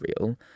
real